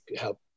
help